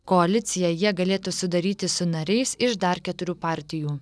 koaliciją jie galėtų sudaryti su nariais iš dar keturių partijų